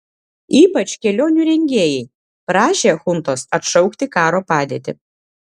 ypač kelionių rengėjai prašė chuntos atšaukti karo padėtį